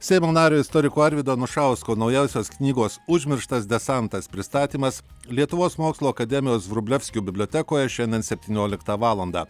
seimo nario istoriko arvydo anušausko naujausios knygos užmirštas desantas pristatymas lietuvos mokslų akademijos vrublevskių bibliotekoje šiandien septynioliktą valandą